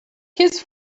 kiss